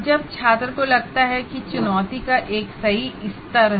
जब छात्र को लगता है कि चुनौती का एक सही स्तर है